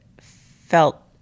felt